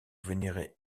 vénérés